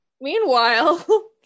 Meanwhile